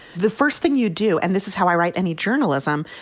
the first thing you do, and this is how i write any journalism,